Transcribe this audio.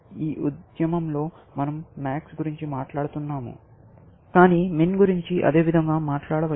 ఈ ఉద్యమంలో మనం MAX గురించి మాట్లాడుతున్నాము కాని MIN గురించి అదేవిధంగా మాట్లాడవచ్చు